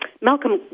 Malcolm